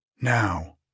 Now